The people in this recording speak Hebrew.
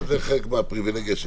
אני